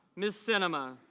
mrs. cinema